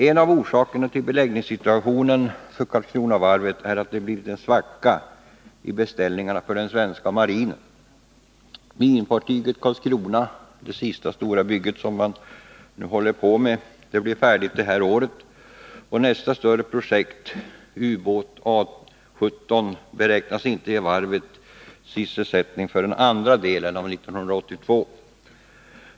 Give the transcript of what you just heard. En av orsakerna till beläggningssituationen för Karlskronavarvet är att det har blivit en svacka i beställningarna för den svenska marinen. Minfartyget Carlskrona, det sista storbygget, blir färdigt detta år, och nästa större projekt, u-båten A 17, beräknas inte ge varvet sysselsättning förrän under senare delen av 1982.